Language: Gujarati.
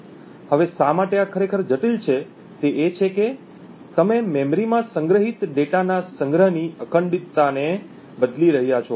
હવે શા માટે આ ખરેખર જટિલ છે તે એ છે કે તમે મેમરીમાં સંગ્રહિત ડેટાના સંગ્રહની અખંડિતતાને બદલી રહ્યા છો